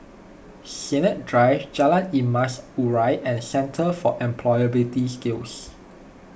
Sennett Drive Jalan Emas Urai and Centre for Employability Skills